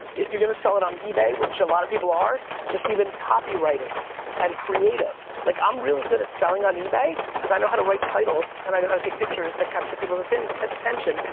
if you're gonna sell it on ebay, which a lot of people are, just even copywriting and creative. like, i'm really good at selling on ebay, cause i know how to write titles, and i know how to take pictures that capture people's attention,